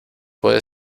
puede